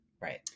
right